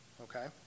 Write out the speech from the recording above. Okay